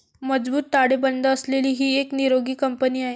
मजबूत ताळेबंद असलेली ही एक निरोगी कंपनी आहे